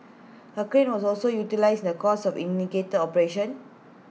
A crane was also utilised in the course of intricate operation